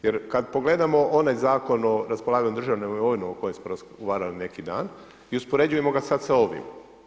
Jer kad pogledamo onaj Zakon o raspolaganju državnom imovinom o kojem smo razgovarali neki dan i uspoređujemo ga sad sa ovim.